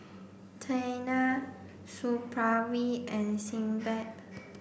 Tena Supravit and Sebamed